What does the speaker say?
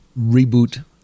reboot